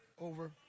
over